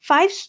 Five